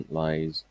lies